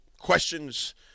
questions